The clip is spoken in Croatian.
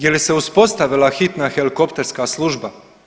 Je li se uspostavila hitna helikopterska služba?